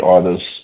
artists